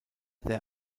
there